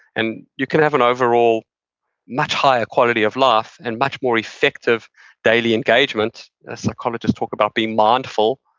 and you can have an overall much higher quality of life and much more effective daily engagement, as psychologists talk about, being mindful,